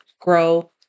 grow